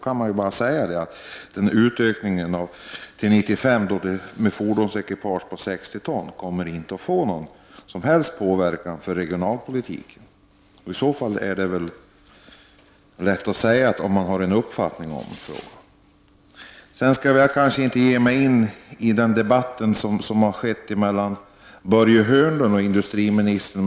Man kan då bara säga att utökningen till 95 med fordonsekipage på 60 ton inte kommer att att få någon som helst inverkan på regionalpolitiken. Om man har den uppfattningen i frågan är det väl lätt att säga det. Jag skall kanske inte ge mig in i debatten mellan Börje Hörnlund och industriministern.